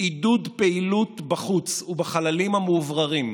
עידוד פעילות בחוץ ובחללים המאווררים,